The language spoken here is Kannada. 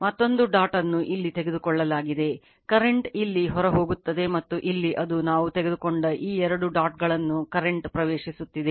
ಮತ್ತೊಂದು ಡಾಟ್ ಅನ್ನು ಇಲ್ಲಿ ತೆಗೆದುಕೊಳ್ಳಲಾಗಿದೆ ಕರೆಂಟ್ ಇಲ್ಲಿ ಹೊರಹೋಗುತ್ತವೆ ಮತ್ತು ಇಲ್ಲಿ ಅದು ನಾವು ತೆಗೆದುಕೊಂಡ ಈ 2 ಡಾಟ್ ಗಳನ್ನು ಕರೆಂಟ್ ಪ್ರವೇಶಿಸುತ್ತಿದೆ